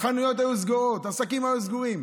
החנויות היו סגורות, העסקים היו סגורים.